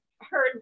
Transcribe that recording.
heard